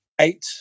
eight